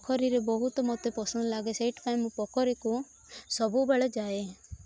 ପୋଖରୀରେ ବହୁତ ମତେ ପସନ୍ଦ ଲାଗେ ସେଇଥିପାଇଁ ମୁଁ ପୋଖରୀକୁ ସବୁବେଳେ ଯାଏ